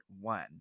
one